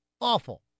Awful